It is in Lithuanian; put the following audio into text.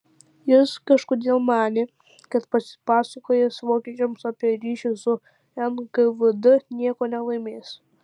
jis kažkodėl manė kad pasipasakojęs vokiečiams apie ryšį su nkvd nieko nelaimės